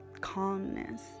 calmness